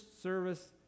service